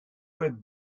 web